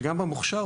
שגם במוכש"ר,